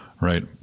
right